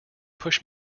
push